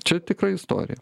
čia tikra istorija